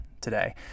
today